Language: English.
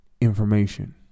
information